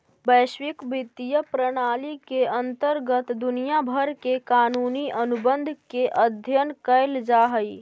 वैश्विक वित्तीय प्रणाली के अंतर्गत दुनिया भर के कानूनी अनुबंध के अध्ययन कैल जा हई